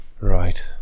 Right